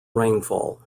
rainfall